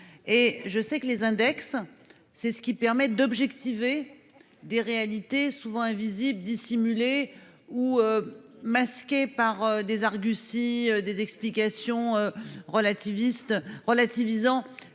et je sais que les index. C'est ce qui permet d'objectiver. Des réalités souvent invisibles dissimulés ou. Masqué par des arguties, des explications relativiste